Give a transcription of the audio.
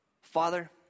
Father